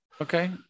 Okay